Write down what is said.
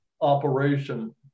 operation